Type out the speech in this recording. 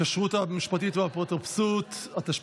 הכשרות המשפטית והאפוטרופסות (תיקון,